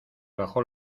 bajó